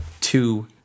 two